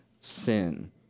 sin